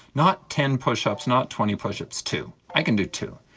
not ten push-ups, not twenty push-ups, two. i can do two.